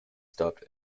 stopped